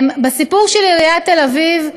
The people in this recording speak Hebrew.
בסיפור של עיריית תל-אביב,